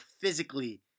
physically